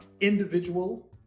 individual